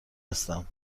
هستم